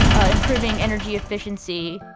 ah improving energy efficiency,